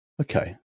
Okay